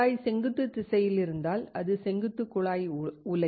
குழாய் செங்குத்து திசையில் இருந்தால் அது செங்குத்து குழாய் உலை